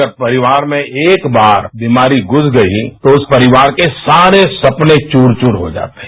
अगर परिवार में एक बार बीमारी घ्रस गई तो उस परिवार के सारे सपने चूर चूर हो जाते हैं